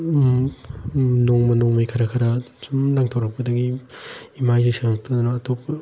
ꯅꯣꯡꯃꯩ ꯅꯣꯡꯃꯩ ꯈꯔ ꯈꯔ ꯁꯨꯝ ꯂꯪꯊꯣꯔꯛꯄꯗꯒꯤ ꯏꯃꯥꯏꯁꯦ ꯁꯦꯡꯉꯛꯇꯗꯅ ꯑꯇꯣꯞꯄ